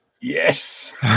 Yes